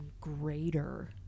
greater